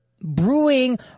brewing